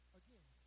again